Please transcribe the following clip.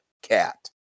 cat